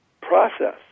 process